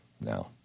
now